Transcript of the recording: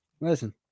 listen